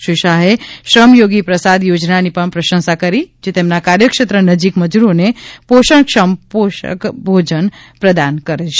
શ્રી શાહે શ્રમ યોગી પ્રસાદ યોજનાની પ્રશંસા કરી જે તેમના કાર્યક્ષેત્ર નજીક મજૂરોને પોષણક્ષમ પોષક ભોજન પ્રદાન કરશે